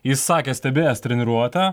jis sakė stebėjęs treniruotę